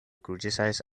criticize